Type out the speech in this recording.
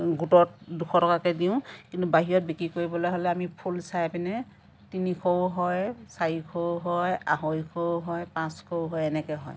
গোটত দুশ টকাকৈ দিওঁ কিন্তু বাহিৰত বিক্ৰী কৰিবলৈ হ'লে আমি ফুল চাই পিনে তিনিশও হয় চাৰিশও হয় আঢ়ৈশও হয় পাঁচশও হয় এনেকৈ হয়